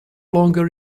longer